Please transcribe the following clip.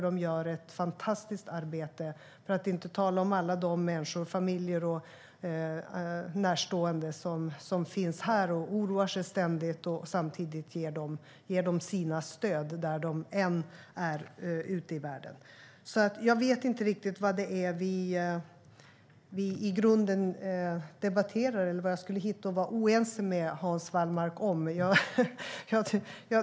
De gör ett fantastiskt arbete, för att inte tala om deras familjer och andra närstående som ständigt oroar sig samtidigt som de ger dem sitt stöd, var i världen de än är. Jag vet inte riktigt vad vi i grunden debatterar eller vad jag skulle hitta att vara oense med Hans Wallmark om.